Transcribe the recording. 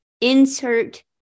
insert